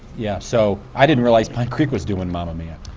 yeah. so i didn't realize pine creek was doing mamma mia!